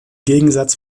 gegensatz